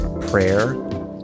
prayer